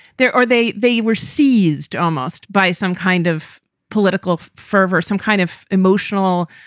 there are they. they were seized almost by some kind of political fervor, some kind of emotional.